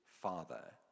father